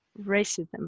racism